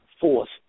force